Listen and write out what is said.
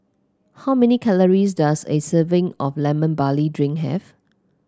how many calories does a serving of Lemon Barley Drink have